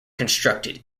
constructed